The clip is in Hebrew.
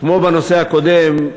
כמו בנושא הקודם,